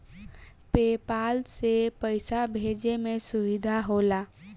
पे पाल से पइसा भेजे में सुविधा होला